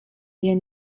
wir